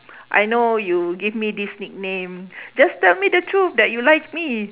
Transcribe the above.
I know you give me this nickname just tell me the truth that you like me